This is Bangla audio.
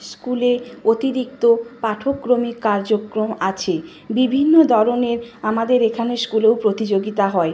স্কুলে অতিরিক্ত পাঠ্যক্রমিক কার্যক্রম আছে বিভিন্ন ধরনের আমাদের এখানে স্কুলেও প্রতিযোগিতা হয়